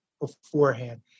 beforehand